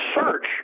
search